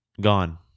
gone